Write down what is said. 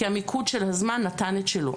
כי המיקוד של הזמן נתן את שלו.